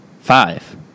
Five